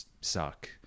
suck